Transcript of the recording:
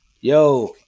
Yo